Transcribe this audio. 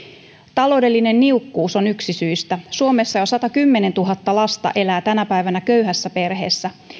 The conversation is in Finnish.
taloudellinen niukkuus on yksi syistä suomessa jo satakymmentätuhatta lasta elää tänä päivänä köyhässä perheessä